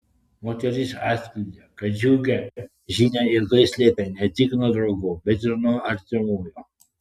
moteris atskleidė kad džiugią žinią ilgai slėpė ne tik nuo draugų bet ir nuo artimųjų